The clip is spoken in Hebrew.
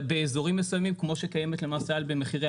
באיזורים מסויימים כמו שקיימת למשל במחירי